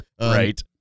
Right